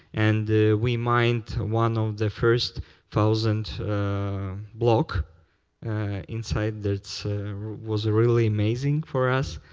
and we mined one of the first thousand block inside that was really amazing for us.